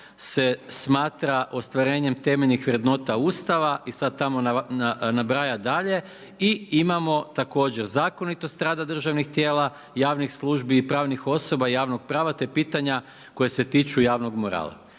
se smatra ostvarenjem temeljnih vrednota Ustava i sada tamo nabraja dalje i imamo također zakonitost rada državnih tijela, javnih službi i pravnih osoba, javnog prava te pitanja koja se tiču javnog morala.